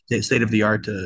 state-of-the-art